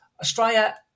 Australia